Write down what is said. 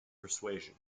persuasion